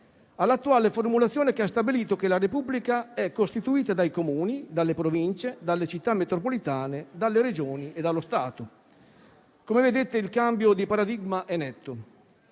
attuale, che ha stabilito che la Repubblica è costituita dai Comuni, dalle Province, dalle Città metropolitane, dalle Regioni e dallo Stato. Come vedete, il cambio di paradigma è netto.